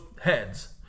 heads